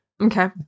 Okay